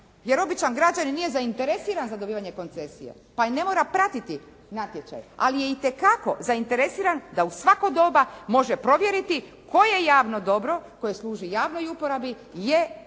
jer običan građanin nije zainteresiran za dobivanje koncesije pa i ne mora pratiti natječaj, ali je itekako zainteresiran da u svako doba može provjeriti koje javno dobro koje javno dobro koje